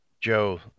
Joe